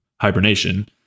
hibernation